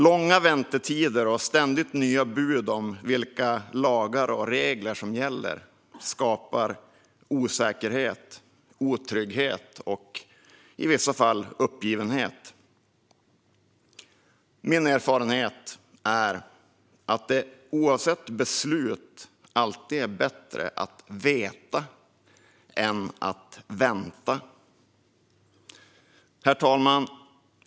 Långa väntetider och ständigt nya bud om vilka lagar och regler som gäller skapar osäkerhet, otrygghet och, i vissa fall, uppgivenhet. Min erfarenhet är att det oavsett beslut alltid är bättre att veta än att vänta. Herr talman!